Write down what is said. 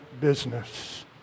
business